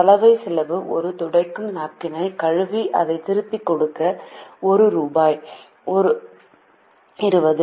சலவை செலவு ஒரு துடைக்கும் நாப்கின்க்கு கழுவி அதை திருப்பி கொடுக்க ஒரு ரூபாய் 20